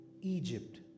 Egypt